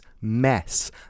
mess